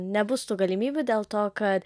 nebus tų galimybių dėl to kad